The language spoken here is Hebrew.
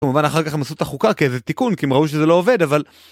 כמובן אחר כך הם עשו את החוקה כאיזה תיקון, כי הם ראו שזה לא עובד, אבל...